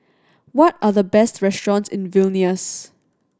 what are the best restaurants in Vilnius